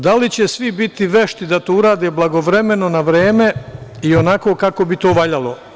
Da li će svi biti vešti da to urade blagovremeno, na vreme i onako kako bi to valjano?